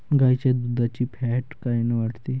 गाईच्या दुधाची फॅट कायन वाढन?